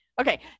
Okay